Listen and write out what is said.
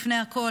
לפני הכול,